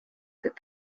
that